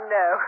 no